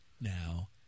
now